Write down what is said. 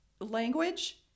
language